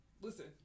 Listen